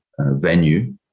venue